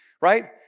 right